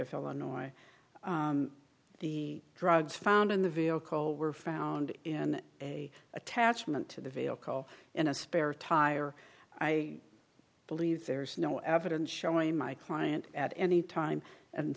of illinois the drugs found in the vehicle were found in a attachment to the vail call in a spare tire i believe there is no evidence showing my client at any time and